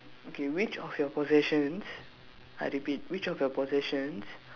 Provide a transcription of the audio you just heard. okay which of your possessions I repeat which of your possessions